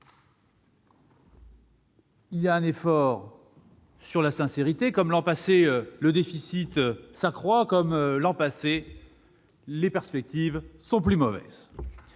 est fait en matière de sincérité ; comme l'an passé, le déficit s'accroît ; comme l'an passé, les perspectives sont plus mauvaises